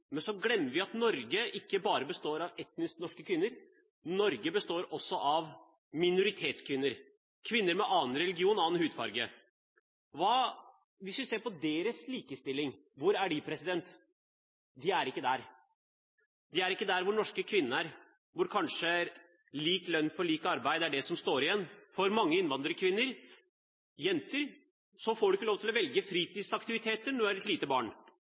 men så glemmer vi at Norge ikke bare består av etnisk norske kvinner. Norge består også av minoritetskvinner, kvinner med annen religion, med annen hudfarge. Hvis vi ser på deres likestilling, hvor er den? Den er ikke der. De er ikke der hvor den norske kvinnen er, hvor kanskje alt som står igjen, er lik lønn for likt arbeid. For mange innvandrerkvinner, og innvandrerjenter, er det slik at du ikke får lov til å velge fritidsaktiviteter